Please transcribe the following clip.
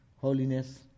holiness